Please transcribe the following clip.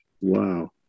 Wow